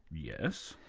yes.